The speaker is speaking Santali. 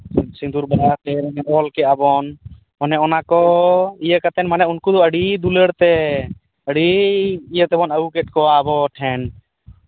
ᱥᱤᱸᱫᱩᱨ ᱵᱟᱦᱟ ᱟᱛᱮᱫ ᱚᱞ ᱠᱮᱫ ᱟᱵᱚᱱ ᱚᱱᱮ ᱚᱱᱟ ᱠᱚ ᱤᱧ ᱤᱭᱟᱹ ᱠᱟᱛᱮᱱ ᱢᱟᱱᱮ ᱩᱱᱠᱩ ᱫᱚ ᱟᱹᱰᱤ ᱫᱩᱞᱟᱹᱲ ᱛᱮ ᱟᱹᱰᱤ ᱤᱭᱟᱹ ᱛᱮᱵᱚᱱ ᱟᱹᱜᱩ ᱠᱮᱫ ᱠᱚᱣᱟ ᱟᱵᱚ ᱴᱷᱮᱱ